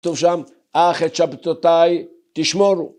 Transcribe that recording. ‫כתוב שם, אח את שבתותיי, ‫תשמורו.